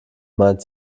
meint